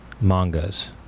mangas